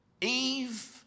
Eve